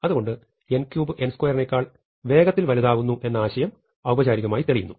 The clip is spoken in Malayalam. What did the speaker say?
അതുകൊണ്ട് n3 n2 നേക്കാൾ വേഗത്തിൽ വലുതാവുന്നു എന്ന ആശയം ഔപചാരികമായി തെളിയുന്നു